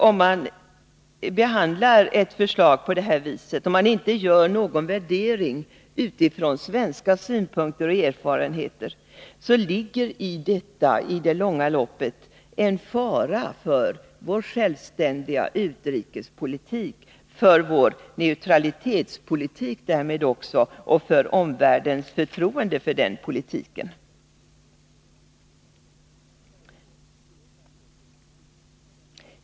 Om man behandlar ett förslag på detta sätt, om man inte gör någon värdering utifrån svenska synpunkter och erfarenheter, ligger det en fara i detta för vår självständiga utrikespolitik, och därmed också för vår neutralitetspolitik och för omvärldens förtroende för den politiken.